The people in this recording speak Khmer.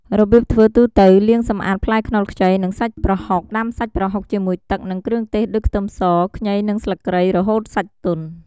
របៀបធ្វើទូទៅ លាងសម្អាតផ្លែខ្នុរខ្ចី និងសាច់ប្រហុក ដាំសាច់ប្រហុកជាមួយទឹក និងគ្រឿងទេសដូចខ្ទឹមស ខ្ញី និងស្លឹកគ្រៃ រហូតសាច់ទន់។